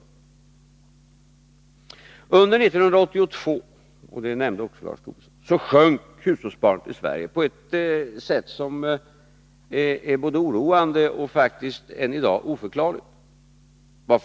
Under 1982 — det nämnde också Lars Tobisson — sjönk hushållens sparande i Sverige på ett så hastigt sätt att det är både oroande och faktiskt än i dag oförklarligt.